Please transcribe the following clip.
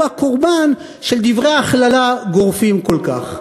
הקורבן של דברי הכללה גורפים כל כך.